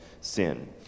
sin